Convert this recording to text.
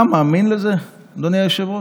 אתה מאמין לזה, אדוני היושב-ראש?